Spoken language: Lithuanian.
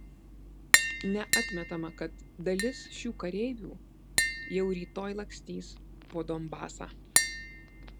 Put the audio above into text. neatmetama kad dalis šių kareivų jau rytoj lakstys po donbasą